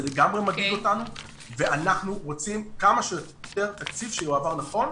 זה לגמרי מדאיג אותנו ואנחנו רוצים כמה שיותר תקציב שיועבר נכון